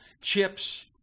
chips